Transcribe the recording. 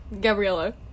Gabriella